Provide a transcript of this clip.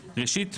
ראשית,